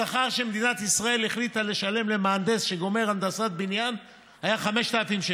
השכר שמדינת ישראל החליטה לשלם למהנדס שגומר הנדסת בניין היה 5,000 שקל.